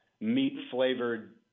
meat-flavored